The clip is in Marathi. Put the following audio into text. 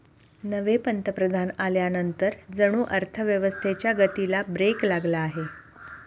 नवे पंतप्रधान आल्यानंतर जणू अर्थव्यवस्थेच्या गतीला ब्रेक लागला आहे